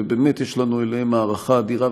ובאמת יש לנו אליהם הערכה אדירה,